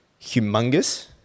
Humongous